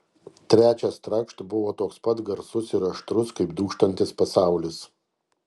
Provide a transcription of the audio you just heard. trečias trakšt buvo toks pat garsus ir aštrus kaip dūžtantis pasaulis